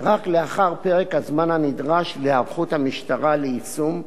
רק לאחר פרק הזמן הנדרש להיערכות המשטרה ליישום,